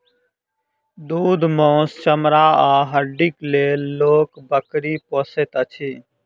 दूध, मौस, चमड़ा आ हड्डीक लेल लोक बकरी पोसैत अछि